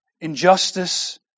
injustice